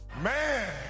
Man